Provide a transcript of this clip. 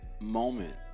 moment